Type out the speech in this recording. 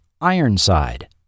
Ironside